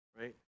right